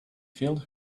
filled